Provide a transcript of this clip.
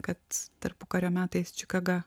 kad tarpukario metais čikaga